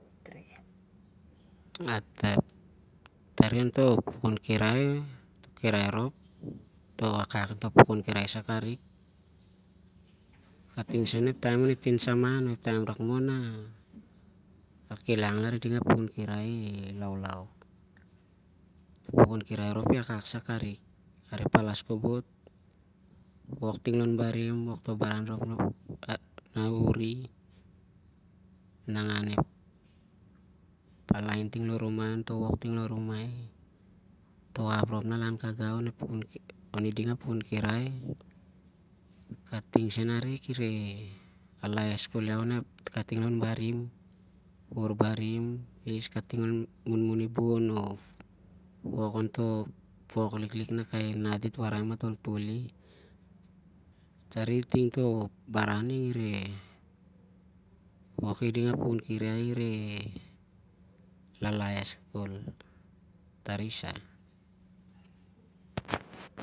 Tari onto pukun kirai rop toh wakak intoh pukun kirai sah karik mah tingsah onep tinsaman o- ah kilangi iding a pukun kirai ilaulau. Mah toh pukun kirai rop i wakwak sa karik. Areh palas kobot, a wok ting lon barim, toh kiaran rop na awuri, nangan a laen rop ting lon rumai onto wok ting lon rumai toh ap rop nah al an kangau ireh lalaes khol iau, kating lon barim, wur barim, mumuni bon o wuvur toh wok liklik na kai nanat dit warai matol toli, tari ining toh baran ning iwoki ding a pukun kirai ning i lalaes khol. Tari isah-